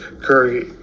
Curry